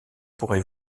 pourrez